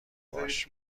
باش